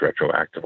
retroactively